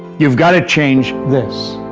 you've got to change this.